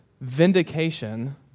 vindication